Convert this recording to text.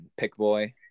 Pickboy